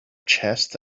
chest